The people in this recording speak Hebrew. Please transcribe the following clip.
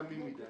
תמים מדי.